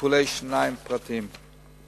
טיפולי שיניים פרטיים.